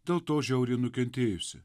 dėl to žiauriai nukentėjusi